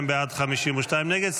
62 בעד, 52 נגד.